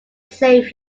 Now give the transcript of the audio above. safe